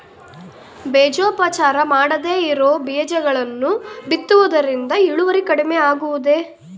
ಬೇಜೋಪಚಾರ ಮಾಡದೇ ಇರೋ ಬೇಜಗಳನ್ನು ಬಿತ್ತುವುದರಿಂದ ಇಳುವರಿ ಕಡಿಮೆ ಆಗುವುದೇ?